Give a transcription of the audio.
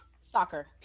Soccer